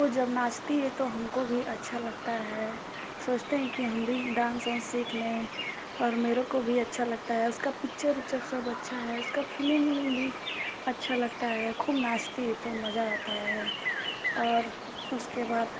वो जब नाचती है तो हमको भी अच्छा लगता है सोचते हैं कि हम भी डांस उन्स सीख लें और मेरे को भी अच्छा लगता है उसका पिक्चर विक्चर सब अच्छा है उसका फिलिम विलिम भी अच्छा लगता है खूब नाचती है तो मज़ा आता है और उसके बाद